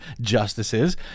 justices